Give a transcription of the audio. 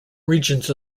regions